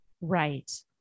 Right